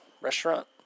restaurant